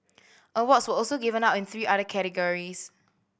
awards were also given out in three other categories